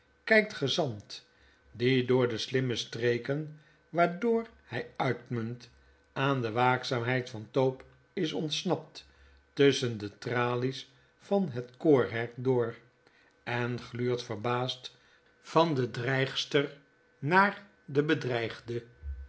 kijkt gezant die door de slimme streken waardoor hy uitmunt aan de waakzaamheid van tope is ontsnapt tusschen de tralies van het koorhek door en gluurtverbaasd van de dreigster naar den bedreigde